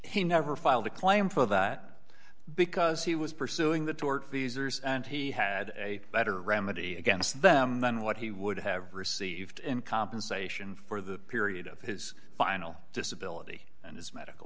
he never filed a claim for that because he was pursuing the tortfeasor and he had a better remedy against them than what he would have received in compensation for the period of his final disability and his medical